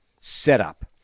setup